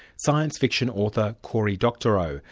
science fiction author cory doctorow,